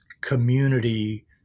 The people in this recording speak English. community